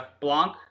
Blanc